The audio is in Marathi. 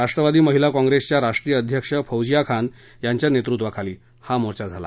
राष्ट्रवादी महिला काँप्रेसच्या राष्ट्रीय अध्यक्ष फौजीया खान यांच्या नेतृत्वाखाली हा मोर्चा काढण्यात आला